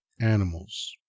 animals